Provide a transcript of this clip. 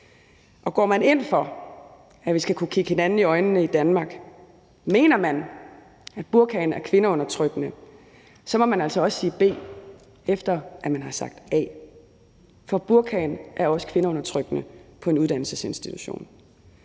går man ind for, at vi skal kunne kigge hinanden i øjnene i Danmark, og mener man, at burkaen er kvindeundertrykkende, så må man altså også sige B, efter at man har sagt A. For burkaen er også kvindeundertrykkende på en uddannelsesinstitution.